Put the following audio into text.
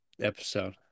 episode